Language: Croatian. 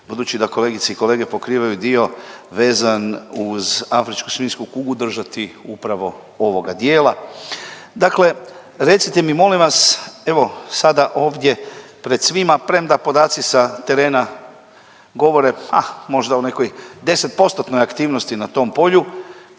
budući da kolegice i kolege pokrivaju dio vezan uz afričku svinjsku kugu, držati upravo ovoga dijela. Dakle recite mi molim vas, evo sada ovdje pred svima premda podaci sa terena govore, ha možda o nekoj 10%-tnoj aktivnosti na tom polju,